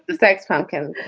thanks, pumpkin.